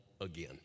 again